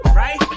right